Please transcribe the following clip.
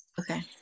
Okay